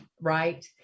right